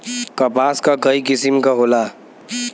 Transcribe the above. कपास क कई किसिम क होला